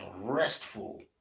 restful